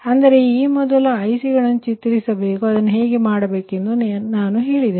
ಅಂದರೆ ಮೊದಲು ಈ IC ಗಳನ್ನು ಚಿತ್ರಿಸಬೇಕು ಅದನ್ನು ಹೇಗೆ ಮಾಡಬೇಕೆಂದು ನಾನು ನಿಮಗೆ ಹೇಳಿದ್ದೇನೆ